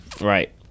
Right